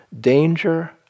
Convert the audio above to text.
danger